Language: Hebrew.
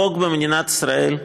החוק במדינת ישראל,